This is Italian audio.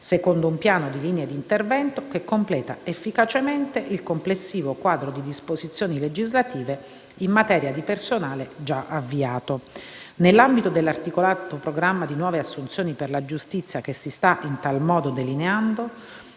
secondo un piano di linee di intervento che completa efficacemente il complessivo quadro di disposizioni legislative in materia di personale già avviato. Nell'ambito dell'articolato programma di nuove assunzioni per la giustizia che si sta in tal modo delineando,